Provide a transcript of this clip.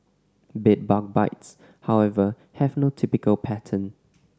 bed bug bites however have no typical pattern